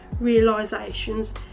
realizations